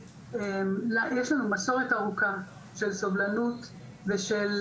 יש לנו מסורת ארוכה של סובלנות ושל